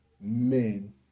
men